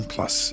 Plus